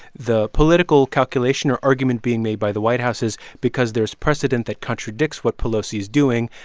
the political calculation or argument being made by the white house is because there's precedent that contradicts what pelosi is doing,